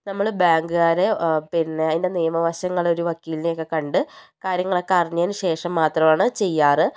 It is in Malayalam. നമ്മൾ ബാങ്കുകാരെയോ പിന്നെ അതിന്റെ നിയമവശങ്ങൾ ഒരു വക്കീലിനെയൊക്കെ കണ്ട് കാര്യങ്ങളൊക്കെ അറിഞ്ഞതിന് ശേഷം മാത്രമാണ് ചെയ്യാറ്